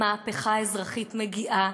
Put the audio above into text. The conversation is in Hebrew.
המהפכה האזרחית מגיעה.